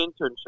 internship